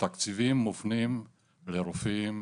התקציבים מופנים לרופאים,